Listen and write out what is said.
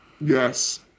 Yes